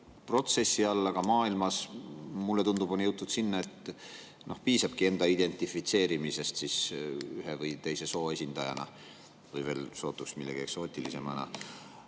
protsessi all, aga maailmas, mulle tundub, on jõutud sinna, et piisabki enda identifitseerimisest ühe või teise soo esindajana või veel sootuks millegi eksootilisemana.